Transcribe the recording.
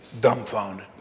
dumbfounded